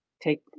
take